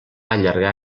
allargar